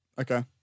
Okay